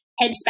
headspace